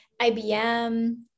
IBM